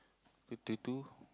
fifty two